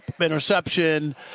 interception